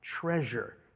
treasure